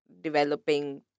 developing